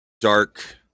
dark